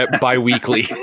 bi-weekly